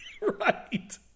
Right